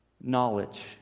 Knowledge